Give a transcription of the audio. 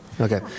Okay